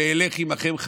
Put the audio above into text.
ואלך עימכם,